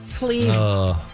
Please